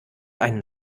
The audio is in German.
einen